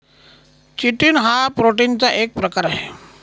chitin हा प्रोटीनचा एक प्रकार आहे